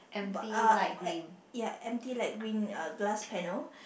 but uh e~ ya empty light green uh glass panel